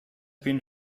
been